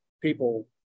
people